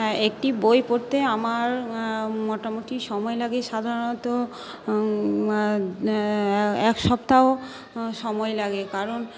হ্যাঁ একটি বই পড়তে আমার মোটামুটি সময় লাগে সাধারণত এক সপ্তাহ সময় লাগে কারণ